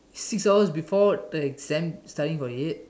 six hours before the exam studying for it